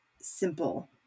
simple